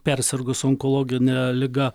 persirgus onkologine liga